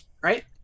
right